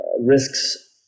risks